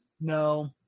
No